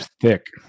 thick